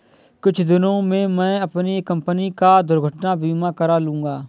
कुछ दिनों में मैं अपनी कंपनी का दुर्घटना बीमा करा लूंगा